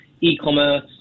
e-commerce